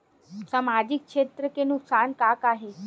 सामाजिक क्षेत्र के नुकसान का का हे?